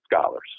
scholars